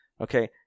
Okay